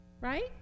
Right